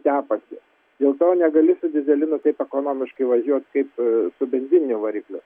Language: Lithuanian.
tepasi dėl to negali su dyzelinu taip ekonomiškai važiuot kaip su benzininiu varikliu